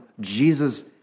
Jesus